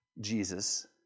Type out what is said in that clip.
Jesus